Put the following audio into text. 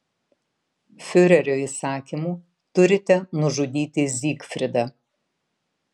fiurerio įsakymu turite nužudyti zygfridą